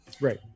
Right